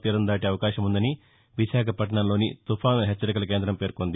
తీరం దాటే అవకాశం ఉందని విశాఖ పట్లణంలోని తుఫాను హెచ్చరికల కేందం పేర్కొంది